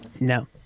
No